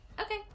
okay